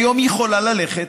כיום היא יכולה ללכת,